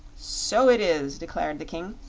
so it is, declared the king.